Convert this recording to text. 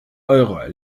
eure